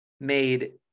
made